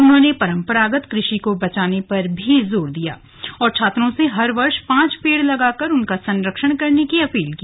उन्होंने पंरपरागत कृषि को बचाने पर भी जोर दिया और छात्रों से हर वर्ष पांच पेड़ लगाकर उनका संरक्षण करने की अपील की